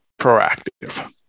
proactive